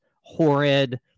horrid